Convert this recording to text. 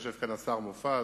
יושב כאן השר מופז,